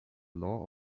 law